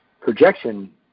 projection